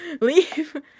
Leave